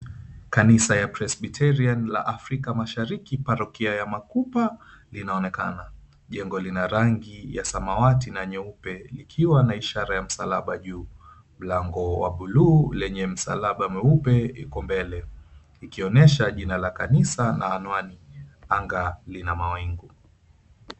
Kanisa ya Presbyterian la Afrika Mashariki Parokia ya Makupa, linaonekana. Jengo lina rangi ya samawati na nyeupe, likiwa na ishara ya msalaba juu. Mlango wa buluu lenye msalaba mweupe iko mbele, ikionyesha jina la kanisa na anwani. Anga lina mawingu.